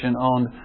owned